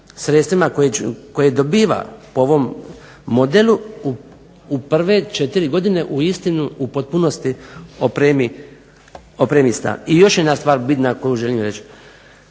sredstvima koje dobiva po ovom modelu u prve četiri godine uistinu u potpunosti opremi stan. I još jedna stvar bitna koju želim reći,